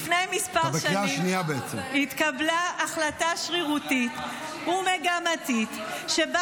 לפני כמה שנים התקבלה החלטה שרירותית ומגמתית שבה